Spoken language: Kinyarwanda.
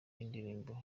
y’indirimbo